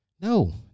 no